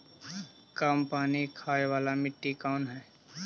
कम पानी खाय वाला मिट्टी कौन हइ?